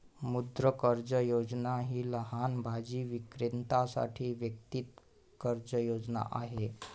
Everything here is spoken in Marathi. मुद्रा कर्ज योजना ही लहान भाजी विक्रेत्यांसाठी वैयक्तिक कर्ज योजना आहे